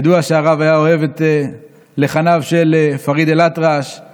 ידוע שהרב היה אוהב את לחניו של פריד אל-אטרש,